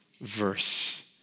verse